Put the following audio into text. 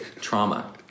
Trauma